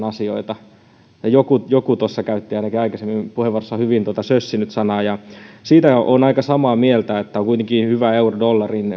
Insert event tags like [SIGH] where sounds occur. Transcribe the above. [UNINTELLIGIBLE] asioita joku ainakin tuossa käytti aikaisemmin puheenvuorossaan hyvin tuota sössinyt sanaa siitä olen aika samaa mieltä että on kuitenkin hyvä euro dollari